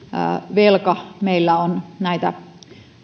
velka meillä on näitä